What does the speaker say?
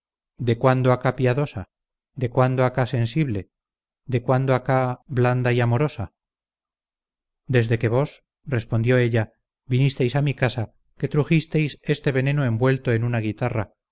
de cuándo acá piadosa de cuándo acá sensible de cuándo acá blanda y amorosa desde que vos respondió ella vinisteis a mi casa que trujisteis este veneno envuelto en una guitarra